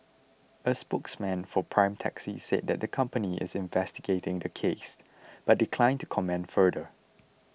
a spokesman for Prime Taxi said that the company is investigating the case but declined to comment further